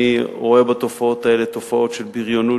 אני רואה בתופעות האלה תופעות של בריונות,